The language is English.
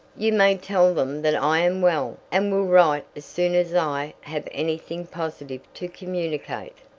you may tell them that i am well, and will write as soon as i have any thing positive to communicate.